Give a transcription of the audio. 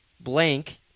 Blank